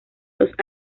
los